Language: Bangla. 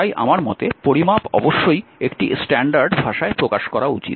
তাই আমার মতে পরিমাপ অবশ্যই একটি স্ট্যান্ডার্ড ভাষায় প্রকাশ করা উচিত